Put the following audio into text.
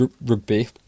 rugby